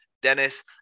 Dennis